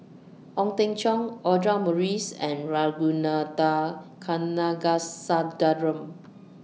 Ong Teng Cheong Audra Morrice and Ragunathar Kanagasuntheram